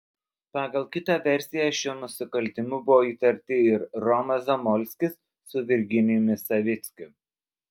pagal kitą versiją šiuo nusikaltimu buvo įtarti ir romas zamolskis su virginijumi savickiu